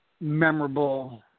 memorable